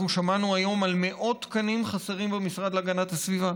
אנחנו שמענו היום על מאות תקנים חסרים במשרד להגנת הסביבה.